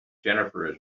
jennifer